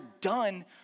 done